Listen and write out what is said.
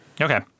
Okay